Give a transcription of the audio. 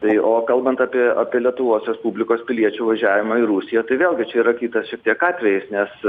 tai o kalbant apie apie lietuvos respublikos piliečių važiavimą į rusiją tai vėlgi čia yra kitas šiek tiek atvejis nes